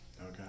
Okay